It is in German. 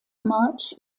march